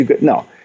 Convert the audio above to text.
No